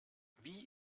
wie